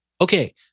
Okay